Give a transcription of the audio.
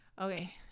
Okay